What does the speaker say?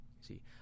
See